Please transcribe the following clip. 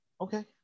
Okay